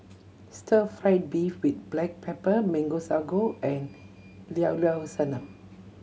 stir fried beef with black pepper Mango Sago and Llao Llao Sanum